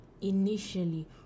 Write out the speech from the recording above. initially